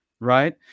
Right